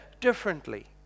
differently